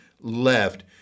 left